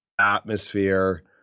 atmosphere